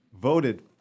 Voted